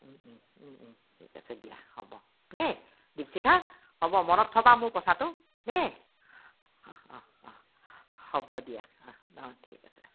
ঠিক আছে দিয়া হ'ব দেই দ্বীপশিখা হ'ব মনত থ'বা মোৰ কথাটো দেই অঁ অঁ অঁ হ'ব দিয়া অঁ অঁ ঠিক আছে